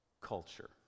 culture